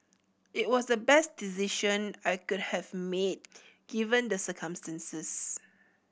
it was the best decision I could have made given the circumstances